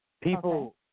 People